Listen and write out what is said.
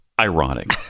ironic